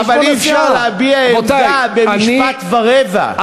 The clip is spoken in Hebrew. אבל אי-אפשר להביע עמדה במשפט ורבע.